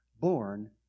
born